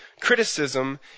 Criticism